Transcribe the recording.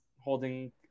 holding